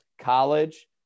college